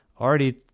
already